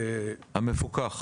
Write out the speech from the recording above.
המפוקח.